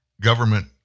government